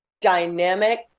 Dynamic